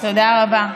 תודה רבה.